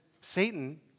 Satan